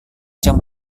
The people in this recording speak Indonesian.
jam